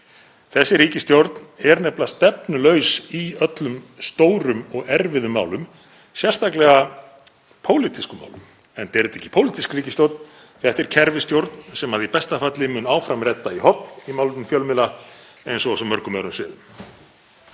Þessi ríkisstjórn er nefnilega stefnulaus í öllum stórum og erfiðum málum, sérstaklega pólitískum málum, enda er þetta ekki pólitísk ríkisstjórn. Þetta er kerfisstjórn sem í besta falli mun áfram redda í horn í málefnum fjölmiðla eins og á svo mörgum öðrum sviðum.